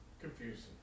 Confusing